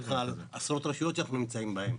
אני מדבר אתך על עשרות רשויות שאנחנו נמצאים בהן,